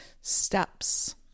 steps